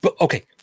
okay